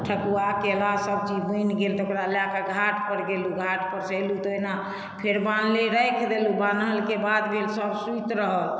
ठकुआ केला सभचीज बनि गेल तकरा लए कऽ घाटपर गेलहुँ घाट परसँ एलहुँ तऽ एहिना फेर बान्हले राखि देलहुँ बान्हलके बाद फेर सभ सुति रहल